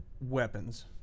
weapons